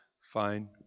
fine